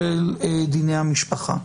של דיני המשפחה.